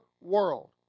world